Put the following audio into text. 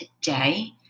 today